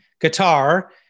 guitar